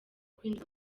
kwinjiza